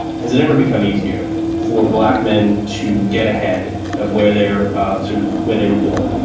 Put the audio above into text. has it ever become easier for black men to get ahead of where they're sort of where they were born, ah